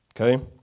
Okay